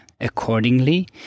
accordingly